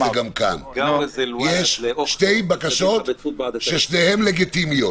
זה גם כאן: יש שתי בקשות ששתיהן לגיטימיות